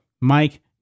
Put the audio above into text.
Mike